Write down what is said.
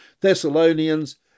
Thessalonians